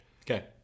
Okay